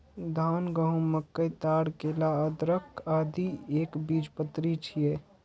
धान, गहूम, मकई, ताड़, केला, अदरक, आदि एकबीजपत्री छियै